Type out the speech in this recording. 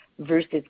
versus